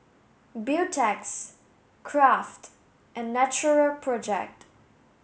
Beautex Kraft and Natural project